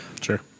Sure